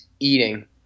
eating